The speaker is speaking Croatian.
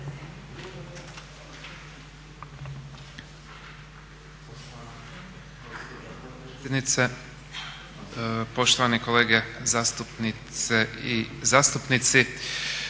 Poštovane kolege zastupnice i zastupnici.